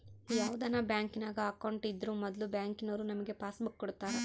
ಯಾವುದನ ಬ್ಯಾಂಕಿನಾಗ ಅಕೌಂಟ್ ಇದ್ರೂ ಮೊದ್ಲು ಬ್ಯಾಂಕಿನೋರು ನಮಿಗೆ ಪಾಸ್ಬುಕ್ ಕೊಡ್ತಾರ